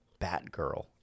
Batgirl